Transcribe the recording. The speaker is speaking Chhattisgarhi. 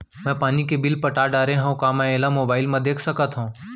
मैं पानी के बिल पटा डारे हव का मैं एला मोबाइल म देख सकथव?